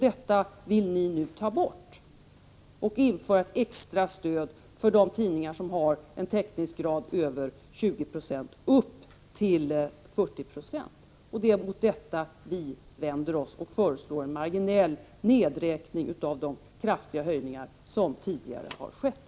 Detta vill ni nu ta bort och införa ett extra stöd för de tidningar som har en täckningsgrad över 20 96 upp till 40 26. Det är mot detta vi vänder oss och föreslår marginell nedskärning av de kraftiga höjningar som tidigare skett.